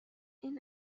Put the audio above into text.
این